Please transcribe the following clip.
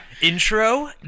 intro